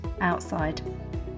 outside